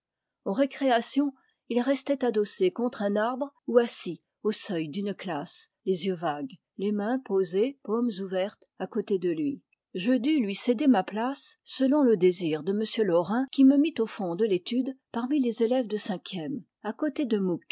aux récréations il restait adossé contre un arbre ou assis au seuil d'une classe les yeux vagues les mains posées paumes ouvertes à côté de lui je dus lui céder ma place selon le désir de m laurin qui me mit au fond de l'étude parmi les élèves de cinquième à côté de